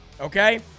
Okay